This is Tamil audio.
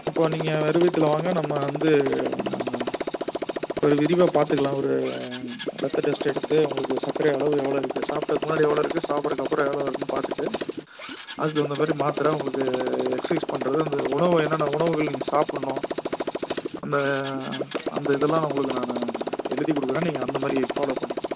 அப்போது நீங்கள் வெறும் வயிற்றுல வாங்க நம்ம வந்து நம்ம ஒரு விரிவாக பார்த்துக்கலாம் ஒரு ரத்த டெஸ்ட் எடுத்து உங்களுக்கு சர்க்கரை அளவு எவ்வளோ இருக்குது சாப்பிட்டதுக்கு முன்னாடி எவ்வளோ இருக்குது சாப்பிட்றதுக்கு அப்புறம் எவ்வளோ இருக்குதுன்னு பார்த்துட்டு அதுக்கு தகுந்தமாரி மாத்திர உங்களுக்கு எக்ஸ்சைஸ் பண்ணுறது அந்த உணவு என்னென்ன உணவுகள் நீங்கள் சாப்பிட்ணும் அந்த அந்த இதெல்லாம் உங்களுக்கு நான் எழுதிக் கொடுக்குறேன் நீங்கள் அந்தமாதிரி ஃபாலோ பண்ணிக்கோங்க